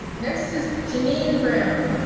next is janine brown.